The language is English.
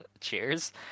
cheers